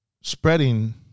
spreading